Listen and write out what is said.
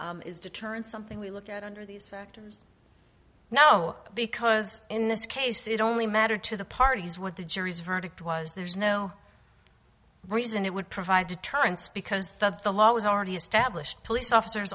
e is deterrence something we look at under these factors no because in this case it only matter to the parties what the jury's verdict was there's no reason it would provide deterrence because the law is already established police officers